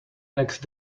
next